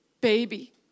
baby